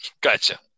gotcha